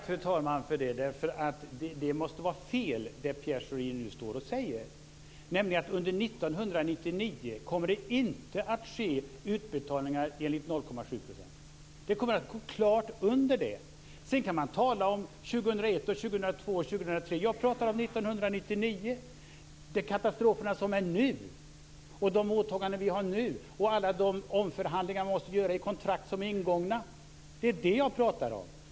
Fru talman! Det som Pierre Schori nu står och säger måste vara fel, nämligen att det under 1999 inte kommer att ske utbetalningar enligt 0,7 %. Det kommer att gå klart under det. Sedan kan man tala om år 2001, år 2002 och år 2003. Jag talar om år 1999. Det handlar om de katastrofer som sker nu, de åtaganden som vi har nu och alla de omförhandlingar som vi måste göra i kontrakt som är ingångna. Det är vad jag talar om.